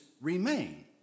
remain